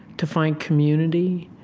to find community,